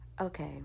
Okay